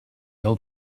old